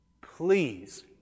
Please